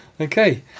Okay